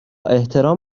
احترام